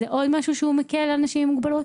זה עוד משהו שמקל על נשים עם מוגבלות.